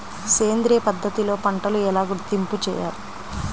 సేంద్రియ పద్ధతిలో పంటలు ఎలా గుర్తింపు చేయాలి?